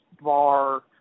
bar